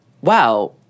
wow